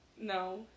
No